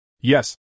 Yes